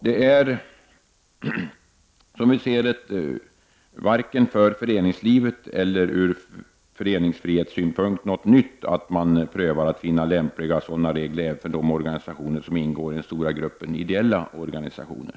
Det är, som vi ser det, varken för föreningslivet eller ur föreningsfrihetssynpunkt något nytt att pröva att finna lämpliga sådana regler även för de organisationer som ingår i den stora gruppen ideella organisationer.